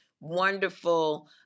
wonderful